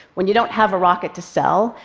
when you don't have a rocket to sell,